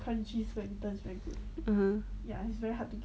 (uh huh)